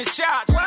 shots